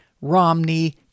Romney